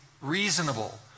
reasonable